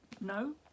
no